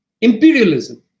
Imperialism